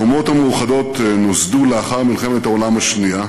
האומות המאוחדות נוסדו לאחר מלחמת העולם השנייה